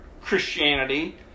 Christianity